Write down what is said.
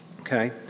Okay